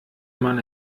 man